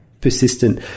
persistent